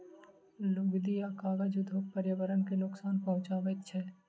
लुगदी आ कागज उद्योग पर्यावरण के नोकसान पहुँचाबैत छै